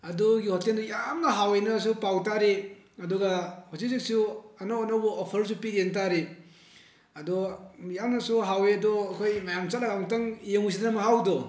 ꯑꯗꯨꯒꯤ ꯍꯣꯇꯦꯜꯗꯨ ꯌꯥꯝꯅ ꯍꯥꯎꯋꯦꯅꯁꯨ ꯄꯥꯎ ꯇꯥꯔꯤ ꯑꯗꯨꯒ ꯍꯧꯖꯤꯛ ꯍꯧꯖꯤꯛꯁꯨ ꯑꯅꯧ ꯑꯅꯧꯕ ꯑꯣꯐꯔꯁꯨ ꯄꯤꯔꯤꯅ ꯇꯥꯔꯤ ꯑꯗꯣ ꯌꯥꯝꯅꯁꯨ ꯍꯥꯎꯋꯦ ꯑꯗꯣ ꯑꯩꯈꯣꯏ ꯃꯌꯥꯝ ꯆꯠꯂꯒ ꯑꯃꯨꯛꯇꯪ ꯌꯦꯡꯉꯨꯁꯤꯗꯅ ꯃꯍꯥꯎꯗꯣ